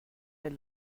elle